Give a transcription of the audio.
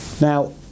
Now